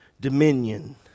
dominion